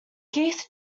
keith